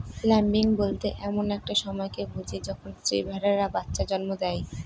lambing বলতে এমন একটা সময়কে বুঝি যখন স্ত্রী ভেড়ারা বাচ্চা জন্ম দেয়